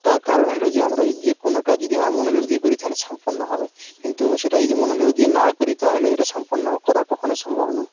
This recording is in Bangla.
তার কারণ হল যে আমরা যে কোনো কাজই যদি আমরা মনোযোগ দিয়ে করি তাহলে সম্পন্ন হবে কিন্তু সেটা যদি মনোযোগ দিয়ে না করি তাহলে এটা সম্পন্ন করা কখনোই সম্ভব নয়